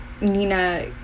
Nina